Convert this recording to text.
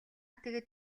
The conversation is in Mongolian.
тэгээд